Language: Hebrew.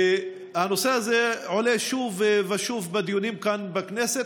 הנושא הזה עולה שוב ושוב בדיונים כאן בכנסת